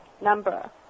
number